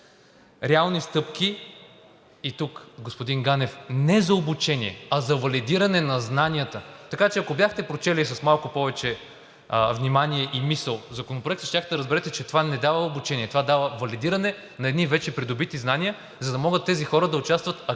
Реални стъпки, господин Ганев, не за обучение, а за валидиране на знанията, така че ако бяхте прочели с малко повече внимание и мисъл Законопроекта, щяхте да разберете, че това не дава обучение. Това дава валидиране на едни вече придобити знания, за да могат тези хора да участват активно